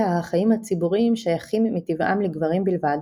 החיים הציבוריים שייכים מטבעם "לגברים בלבד",